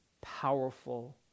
powerful